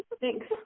Thanks